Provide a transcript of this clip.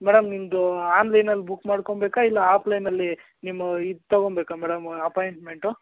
madam ನಿಮ್ಮದು ಆನ್ಲೈನಲ್ಲಿ book ಮಾಡ್ಕೋಬೇಕ ಇಲ್ಲ ಆಫ್ಲೈನಲ್ಲಿ ನಿಮ್ಮ ಇದು ತಗೋಬೇಕ ಮೇಡಮ್ ಅಪಾಯಿಂಟ್ಮೆಂಟು